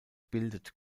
bildet